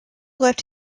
left